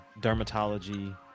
dermatology